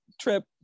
trip